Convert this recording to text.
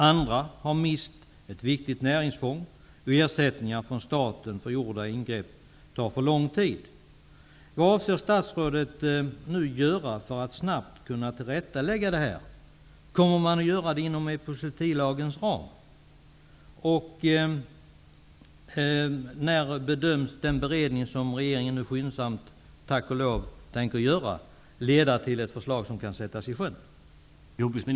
Andra har mist ett viktigt näringsfång, och ersättning från staten för gjorda ingrepp tar för lång tid. Vad avser statsrådet att nu göra för att snabbt kunna tillrättalägga detta? Kommer regeringen att tillrättalägga detta inom epizootilagens ram? När bedöms den beredning som regeringen nu skyndsamt, tack och lov, tänker göra leda till ett förslag som kan sättas i sjön?